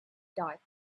dark